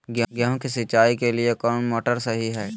गेंहू के सिंचाई के लिए कौन मोटर शाही हाय?